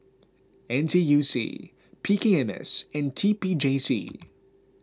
N T U C P K M S and T P J C